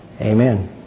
Amen